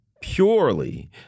purely